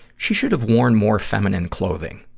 she should have worn more feminine clothing.